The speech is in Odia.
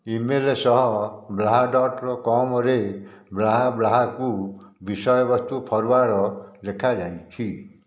ଇମେଲ୍ ସହ ବ୍ଲାହ ଡଟ୍ କମ୍ରେ ବ୍ଲାହବ୍ଲାହକୁ ବିଷୟବସ୍ତୁ ଫରୱାର୍ଡ ଦେଖାଯାଇଛି